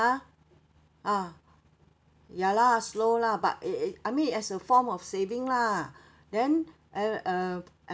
ah ya lah slow lah but it it I mean as a form of saving lah then and uh